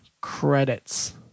credits